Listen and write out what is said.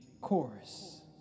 chorus